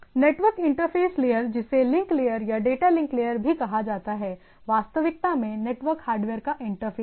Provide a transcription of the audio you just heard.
network interface layer जिसे link layer या data link layer भी कहा जाता है वास्तविकता में नेटवर्क हार्डवेयर का इंटरफ़ेस है